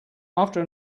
after